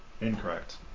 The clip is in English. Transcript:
Incorrect